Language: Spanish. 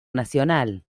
nacional